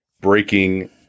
breaking